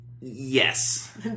Yes